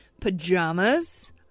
Pajamas